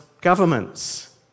governments